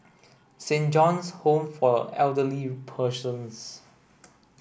Saint John's Home for Elderly Persons